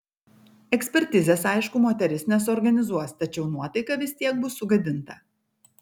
ekspertizės aišku moteris nesuorganizuos tačiau nuotaika vis tiek bus sugadinta